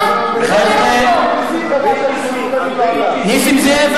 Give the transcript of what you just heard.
נסים זאב,